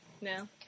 No